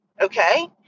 Okay